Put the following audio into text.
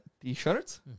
t-shirts